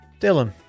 dylan